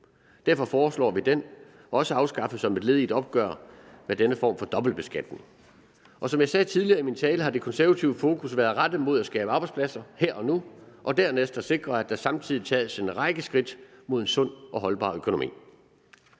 Derfor foreslår vi også den afskaffet som et led i et opgør med denne form for dobbeltbeskatning. Som jeg sagde tidligere i min tale, har det konservative fokus været rettet mod at skabe arbejdspladser her og nu og dernæst at sikre, at der samtidig tages en række skridt mod en sund og holdbar økonomi.